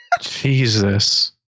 Jesus